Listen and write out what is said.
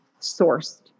sourced